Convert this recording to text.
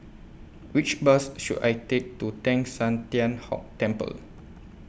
Which Bus should I Take to Teng San Tian Hock Temple